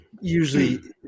usually